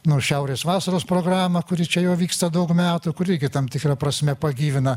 nu šiaurės vasaros programą kuri čia jau vyksta daug metų kuri tam tikra prasme pagyvina